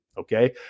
Okay